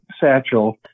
satchel